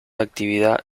actividad